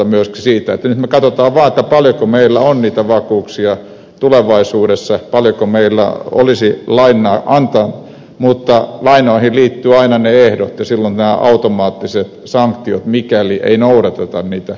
nyt me katsomme vaan paljonko meillä on niitä vakuuksia tulevaisuudessa paljonko meillä olisi lainaa antaa mutta lainoihin liittyvät aina ne ehdot ja nämä automaattiset sanktiot mikäli ei noudateta niitä ehtoja